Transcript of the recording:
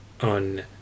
on